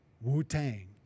Wu-Tang